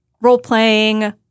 role-playing